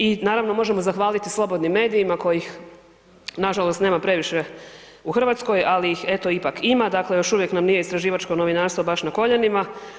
I naravno možemo zahvaliti slobodnim medijima kojih nažalost nema previše u Hrvatskoj, ali ih eto ipak ima, dakle još uvijek nam nije istraživačko novinarstvo baš na koljenima.